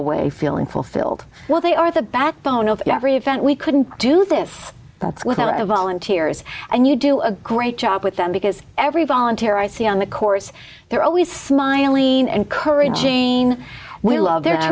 away feeling fulfilled well they are the backbone of every event we couldn't do this without of volunteers and you do a great job with them because every volunteer i see on the course they're always smiley encouraging we love their